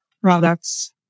products